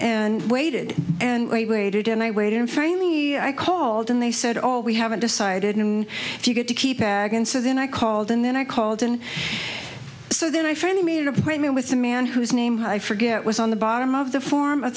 and waited and waited and i waited and finally i called and they said all we haven't decided and if you get to keep going so then i called and then i called and so then i finally made an appointment with the man whose name i forget was on the bottom of the form of